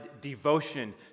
devotion